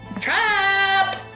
Trap